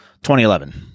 2011